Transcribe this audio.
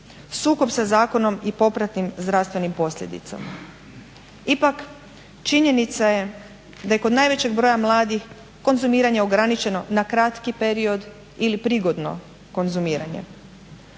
sukob sa zakonom i popratnim zdravstvenim posljedicama. Ipak činjenica je da je kod najvećeg broja mladih konzumiranje ograničeno na kratki period ili prigodno konzumiranje.